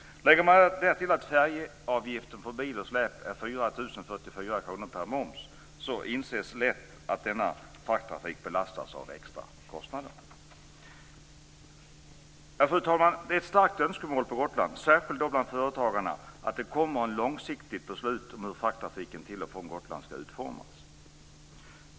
Lägger man därtill att färjeavgiften för bil med släp är 4 044 kr plus moms inses lätt att denna frakttrafik belastas av extra kostnader. Fru talman! Det är ett starkt önskemål på Gotland, särskilt då bland företagarna, att det kommer ett långsiktigt beslut om hur frakttrafiken till och från Gotland ska utformas.